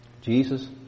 Jesus